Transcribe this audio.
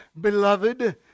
beloved